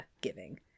giving